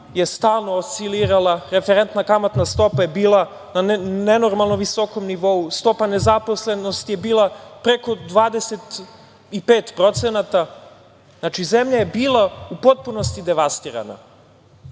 je stalno oscilirala, referentna kamatna stopa je bila na nenormalno visokom nivou, stopa nezaposlenosti je bila preko 25%. Znači, zemlja je bila u potpunosti devastirana. Normalno